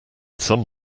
some